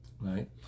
Right